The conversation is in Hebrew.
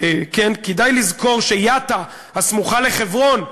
כדאי לזכור שיטא הסמוכה לחברון,